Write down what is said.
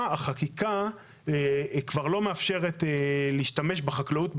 החקיקה כבר לא מאפשרת להשתמש בו לחקלאות.